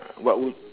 what would